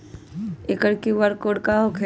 एकर QR code का होकेला?